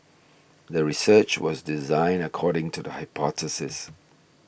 the research was designed according to the hypothesis